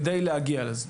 כדי להגיע לזה.